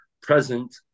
present